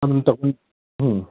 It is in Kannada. ತೊಗೊಂಡು